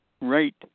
right